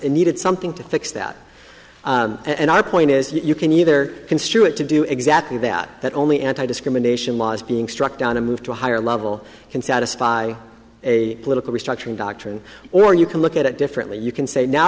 and needed something to fix that and our point is that you can either construe it to do exactly that that only anti discrimination laws being struck down a move to a higher level can satisfy a political restructuring doctrine or you can look at it differently you can say now